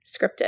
scripted